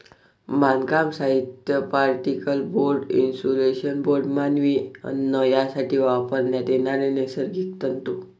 बांधकाम साहित्य, particle board, insulation board, मानवी अन्न यासाठी वापरण्यात येणारे नैसर्गिक तंतू